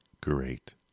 Great